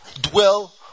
Dwell